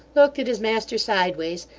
looked at his master sideways,